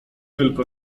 tylko